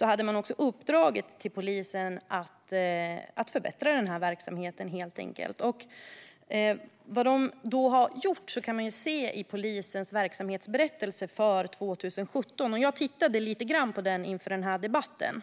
hade man uppdragit till polisen att helt enkelt förbättra denna verksamhet. Man kan i polisens verksamhetsberättelse för 2017 se vad som har gjorts. Inför denna debatt tittade jag lite grann i den.